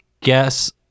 guess